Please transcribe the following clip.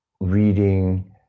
reading